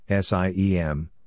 SIEM